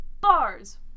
bars